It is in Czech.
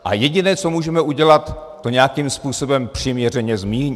A jediné, co můžeme udělat, to nějakým způsobem přiměřeně zmírnit.